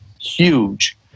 huge